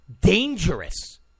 dangerous